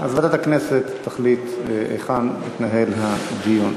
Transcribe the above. אז ועדת הכנסת תחליט היכן יתנהל הדיון.